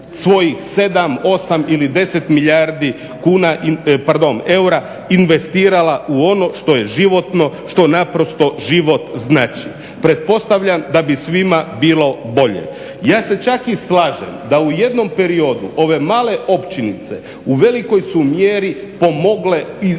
svojih 7, 8 ili 10 milijardi eura investirala u ono što je životno što naprosto život znači. Pretpostavljam da bi svima bilo bolje. Ja se čak i slažem da u jednom periodu ove male općinice u velikoj su mjeri pomogle izbalansirati